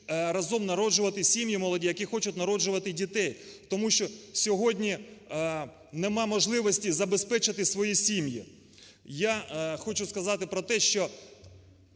разом народжувати сім'ї молоді, які хочуть народжувати дітей тому що сьогодні нема можливості забезпечити свої сім'ї. Я хочу сказати про те, що